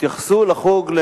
שהתייחסו לחוג,